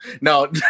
No